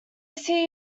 see